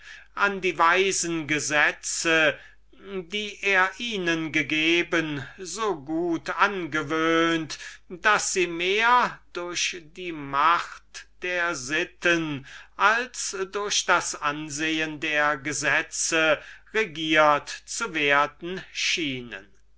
an die weisen gesetze die er ihnen gegeben hatte so gut angewöhnt daß sie mehr durch die macht der sitten als durch das ansehen der gesetze regiert zu werden schienen